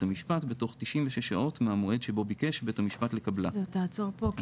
המשפט בתוך 96 שעות מהמועד שבו ביקש בית המשפט לקבלה; נעצור פה,